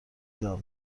داغ